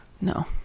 No